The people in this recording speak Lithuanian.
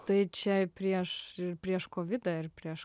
tai čia prieš ir prieš kovidą ir prieš